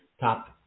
top